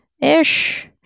ish